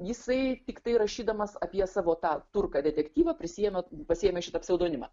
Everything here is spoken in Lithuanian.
jisai tiktai rašydamas apie savo tą turką detektyvą prisiima pasiėmė šitą pseudonimą